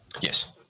Yes